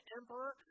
emperor